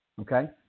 okay